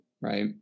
right